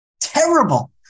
terrible